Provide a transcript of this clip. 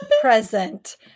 present